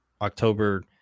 October